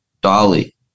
Dolly